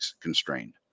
constrained